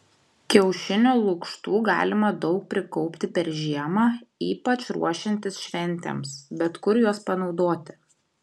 kiaušinių lukštų galima daug prikaupti per žiemą ypač ruošiantis šventėms bet kur juos panaudoti